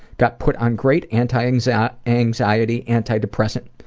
got put on great anti-anxiety anti-anxiety anti-depressant